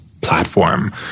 platform